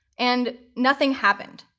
and nothing happened.